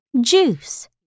Juice